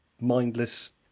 mindless